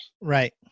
Right